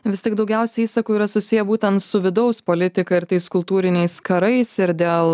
vis tik daugiausia įsakų yra susiję būtent su vidaus politika ir tais kultūriniais karais ir dėl